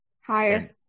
Higher